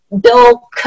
bill